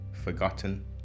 forgotten